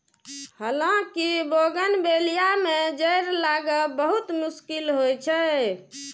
हालांकि बोगनवेलिया मे जड़ि लागब बहुत मुश्किल होइ छै